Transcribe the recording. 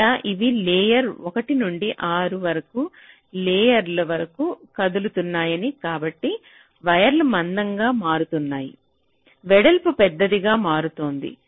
ఇక్కడ ఇవి లేయర్ 1 నుండి 6 వ లేయర్ వరకు కదులుతున్నాయని కాబట్టి వైర్లు మందంగా మారుతున్నాయి వెడల్పు పెద్దదిగా మారుతోంది